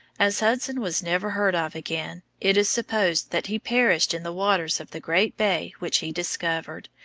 as hudson was never heard of again, it is supposed that he perished in the waters of the great bay which he discovered,